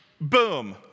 boom